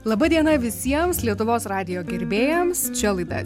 laba diena visiems lietuvos radijo gerbėjams čia laida